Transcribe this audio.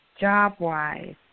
job-wise